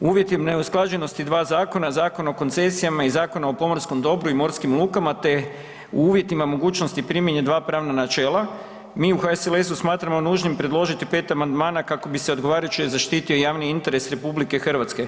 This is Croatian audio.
U uvjetima neusklađenosti dva zakona, Zakon o koncesijama i Zakon o pomorskom dobru i morskim lukama, te u uvjetima mogućnosti primjene dva pravna načela mi u HSLS-u smatramo nužnim predložiti 5 amandmana kako bi se odgovarajuće zaštitio javni interes RH.